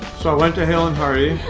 so i went to hale and hearty.